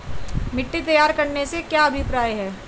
मिट्टी तैयार करने से क्या अभिप्राय है?